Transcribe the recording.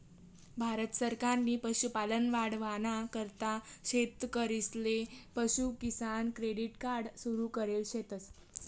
भारत सरकारनी पशुपालन वाढावाना करता शेतकरीसले पशु किसान क्रेडिट कार्ड सुरु करेल शेतस